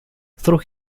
through